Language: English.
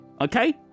okay